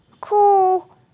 cool